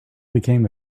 became